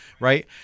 Right